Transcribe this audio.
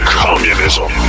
communism